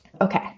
okay